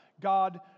God